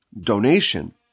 donation